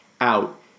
out